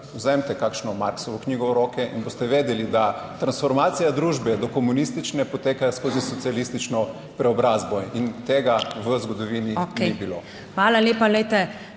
vzemite kakšno Marxovo knjigo v roke in boste vedeli, da transformacija družbe do komunistične poteka skozi socialistično preobrazbo in tega v zgodovini ni bilo.